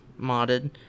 modded